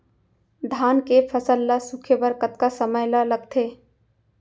धान के फसल ल सूखे बर कतका समय ल लगथे?